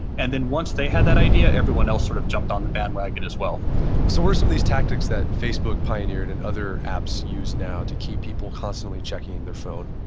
and then, once they had that idea, everyone else sort of jumped on the bandwagon as well what so were some of these tactics that facebook pioneered and other apps use now to keep people constantly checking their phone?